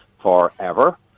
forever